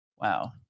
Wow